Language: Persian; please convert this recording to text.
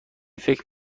فکر